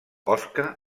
osca